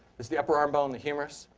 here's the upper arm bone, the humorous.